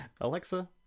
Alexa